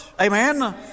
amen